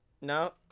no